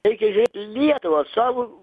reikia žiūrėti lietuvą savo